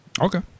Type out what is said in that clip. Okay